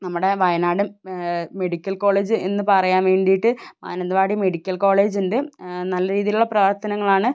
നമ്മുടെ Wayanad medical college എന്നു പറയാൻ വേണ്ടിയിട്ട് മാനന്തവാടി മെഡിക്കൽ കോളേജ് ഉണ്ട് നല്ല രീതിയിലുള്ള പ്രവർത്തനങ്ങളാണ്